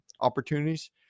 opportunities